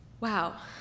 Wow